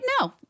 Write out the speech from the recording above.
No